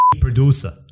producer